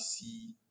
see